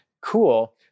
cool